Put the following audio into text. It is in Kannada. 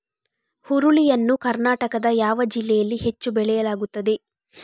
ಹುರುಳಿ ಯನ್ನು ಕರ್ನಾಟಕದ ಯಾವ ಜಿಲ್ಲೆಯಲ್ಲಿ ಹೆಚ್ಚು ಬೆಳೆಯಲಾಗುತ್ತದೆ?